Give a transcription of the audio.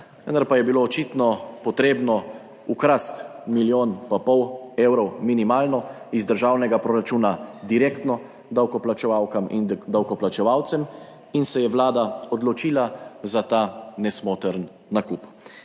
pa je bilo očitno potrebno ukrasti milijon pa pol evrov minimalno iz državnega proračuna direktno davkoplačevalkam in davkoplačevalcem in se je Vlada odločila za ta nesmotrn nakup.